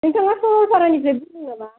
नोंथाङा सरलपारानिफ्राय बुंदों नामा